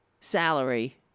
salary